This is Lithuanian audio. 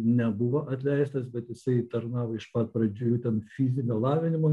nebuvo atleistas bet jisai tarnavo iš pat pradžių ten fizinio lavinimo